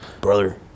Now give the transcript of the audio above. Brother